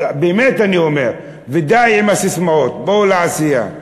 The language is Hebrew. אז באמת אני אומר: די עם הססמאות, בואו לעשייה.